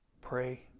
Pray